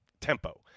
tempo